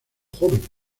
joven